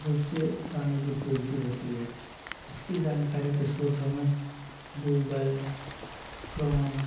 रूप से पानी की पूर्ति होती है इसकी जानकारी के स्रोत हमें गूगल क्रोम